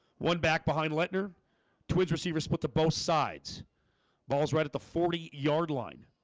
one back behind letner twins receivers put to both sides balls right at the forty yard line